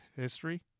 history